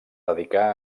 dedicar